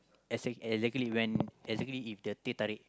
as exactly when exactly if the teh tarik